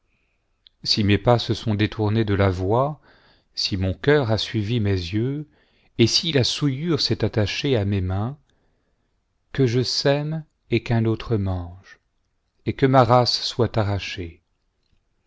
si mes pas se sont détournés de la voie si mon cœur a suivi mes yeux et si la souillure s'est attachée à mes mains que je sème et qu'un auti'e mange et que ma race soit arrachée